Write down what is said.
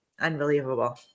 Unbelievable